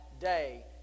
day